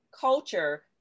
culture